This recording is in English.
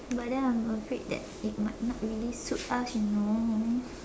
but then I'm afraid that it might not really suit us you know